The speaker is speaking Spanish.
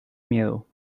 miedo